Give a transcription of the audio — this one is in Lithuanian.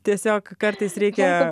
tiesiog kartais reikia